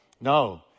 No